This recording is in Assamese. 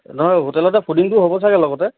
নহয় হোটেলতে ফুডিংটো হ'ব চাগে লগতে